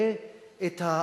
שכן הוא רואה את האי-צדק.